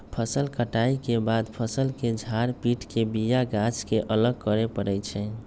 फसल कटाइ के बाद फ़सल के झार पिट के बिया गाछ के अलग करे परै छइ